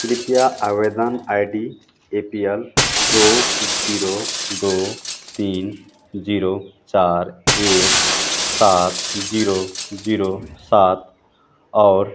कृपया आवेदन I D A P L दो जीरो दो तीन जीरो चार एक सात जीरो जीरो सात और